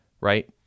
right